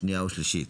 שנייה ושלישית.